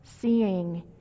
seeing